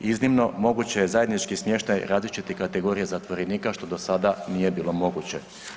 Iznimno moguće je zajednički smještaj različitih kategorija zatvorenika što do sada nije bilo moguće.